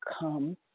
come